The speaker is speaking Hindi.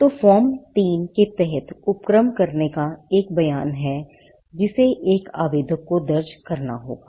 तो फॉर्म 3 के तहत उपक्रम करने का एक बयान है जिसे एक आवेदक को दर्ज करना होगा